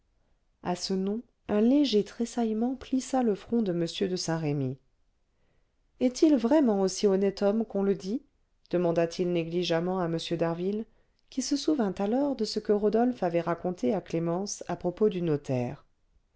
à ce nom un léger tressaillement plissa le front de m de saint-remy est-il vraiment aussi honnête homme qu'on le dit demanda-t-il négligemment à m d'harville qui se souvint alors de ce que rodolphe avait raconté à clémence à propos du notaire